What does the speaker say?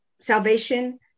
Salvation